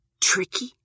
Tricky